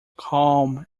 calm